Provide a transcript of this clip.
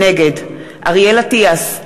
נגד אריאל אטיאס,